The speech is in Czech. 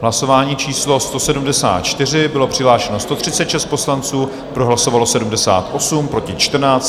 Hlasování číslo 174, bylo přihlášeno 136 poslanců, pro hlasovalo 78, proti 14.